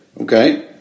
okay